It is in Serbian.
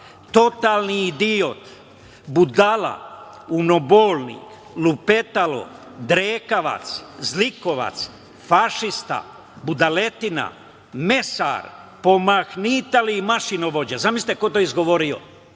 totalni idiot, budala, umnobolnik, lupetalo, drekavac, zlikovac, fašista, budaletina, mesar, pomahnitali mašinovođa“. Zamislite ko je to izgovorio?